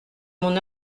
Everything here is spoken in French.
mon